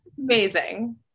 amazing